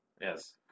yes